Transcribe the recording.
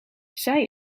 zij